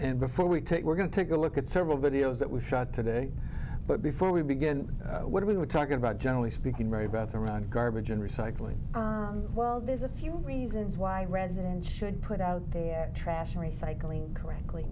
and before we take we're going to take a look at several videos that we shot today but before we begin what are we talking about generally speaking mary beth around garbage and recycling well there's a few reasons why residents should put out their trash recycling correctly